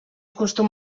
costum